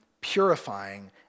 purifying